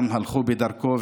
הלכו בדרכו,